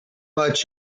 much